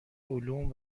علوم